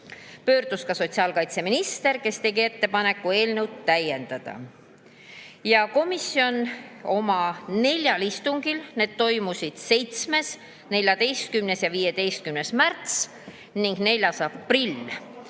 ning ka sotsiaalkaitseminister, kes tegi ettepaneku eelnõu täiendada. Komisjon oma neljal istungil, mis toimusid 7., 14. ja 15. märtsil ning 4. aprillil,